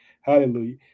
Hallelujah